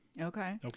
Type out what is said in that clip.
Okay